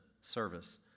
service